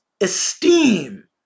esteem